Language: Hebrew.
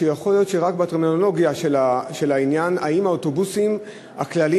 שיכול להיות שהיא רק בטרמינולוגיה של העניין: האם האוטובוסים הכלליים,